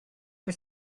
for